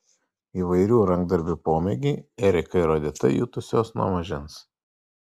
įvairių rankdarbių pomėgį erika ir odeta jutusios nuo mažens